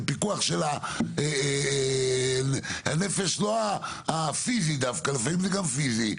זה פיקוח של הנפש לא הפיזית דווקא לפעמים זה גם פיזי,